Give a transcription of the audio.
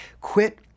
quit